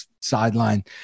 sideline